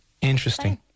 Interesting